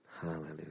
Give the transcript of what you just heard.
Hallelujah